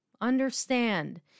Understand